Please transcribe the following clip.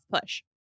push